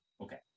Okay